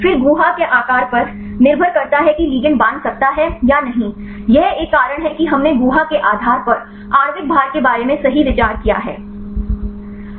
फिर गुहा के आकार पर निर्भर करता है कि लिगंड बांध सकता है या नहीं यह एक कारण है कि हमने गुहा के आधार पर आणविक भार के बारे में सही विचार किया है